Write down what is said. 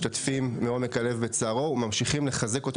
משתתפים מעומק הלב בצערו וממשיכים לחזק אותו